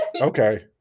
Okay